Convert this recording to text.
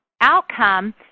outcome